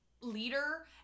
leader